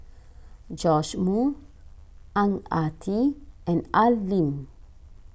Joash Moo Ang Ah Tee and Al Lim